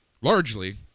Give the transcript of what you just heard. largely